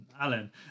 Alan